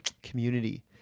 Community